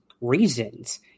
reasons